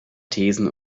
thesen